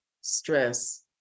stress